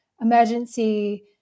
emergency